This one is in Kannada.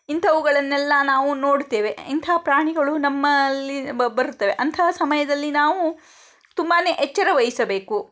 ಇಂಥವುಗಳನ್ನೆಲ್ಲ ನಾವು ನೋಡ್ತೇವೆ ಇಂಥ ಪ್ರಾಣಿಗಳು ನಮ್ಮಲ್ಲಿ ಬರ್ತವೆ ಅಂಥ ಸಮಯದಲ್ಲಿ ನಾವು ತುಂಬಾ ಎಚ್ಚರವಹಿಸಬೇಕು